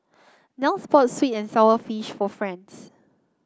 Nels bought sweet and sour fish for Franz